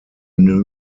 new